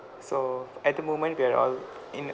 so at the moment we're all in